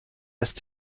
lässt